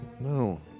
No